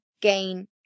gain